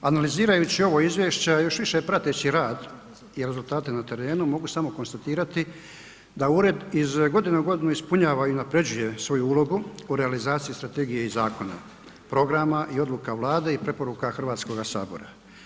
Analizirajući ovo izvješće, a još više prateći rad i rezultate na terenu mogu samo konstatirati da ured iz godine u godinu ispunjava i unapređuje svoju ulogu u realizaciji strategije i zakona, programa i odluka Vlade i preporuka Hrvatskoga sabora.